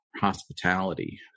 hospitality